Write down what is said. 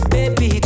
Baby